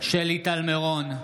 שלי טל מירון,